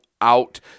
out